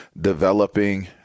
developing